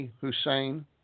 Hussein